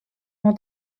nur